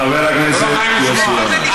חבר הכנסת יוסי יונה.